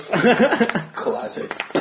Classic